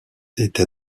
était